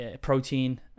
protein